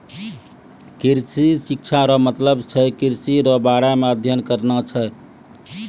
कृषि शिक्षा रो मतलब छै कृषि रो बारे मे अध्ययन करना छै